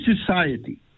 society